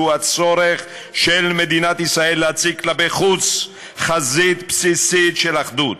שהוא הצורך של מדינת ישראל להציג כלפי חוץ חזית בסיסית של אחדות.